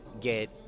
get